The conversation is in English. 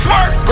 Work